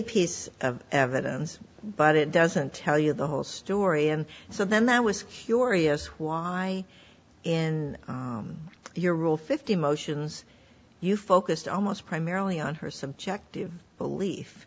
piece of evidence but it doesn't tell you the whole story and so then that was curious why in your rule fifty motions you focused almost primarily on her subjective belief